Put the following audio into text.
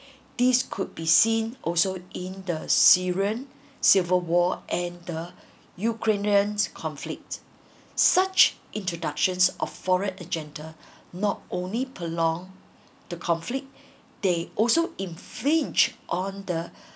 these could be seen also in the syrian civil war and the ukrainians conflict such introductions of foreign agenda not only prolong the conflict they also infringe on the